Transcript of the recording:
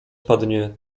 padnie